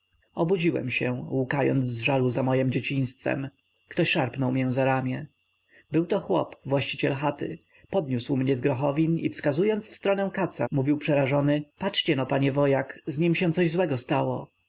obudziłem się łkając z żalu za mojem dzieciństwem ktoś szarpał mię za ramię byłto chłop właściciel chaty podniósł mnie z grochowin i wskazując w stronę katza mówił przerażony patrzcieno panie wojak z nim się coś złego stało